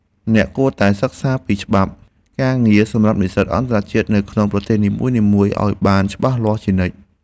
អ្នកគួរតែសិក្សាពីច្បាប់ការងារសម្រាប់និស្សិតអន្តរជាតិនៅក្នុងប្រទេសនីមួយៗឱ្យបានច្បាស់លាស់ជានិច្ច។